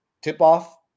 tip-off